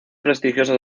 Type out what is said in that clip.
prestigiosas